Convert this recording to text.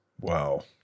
Wow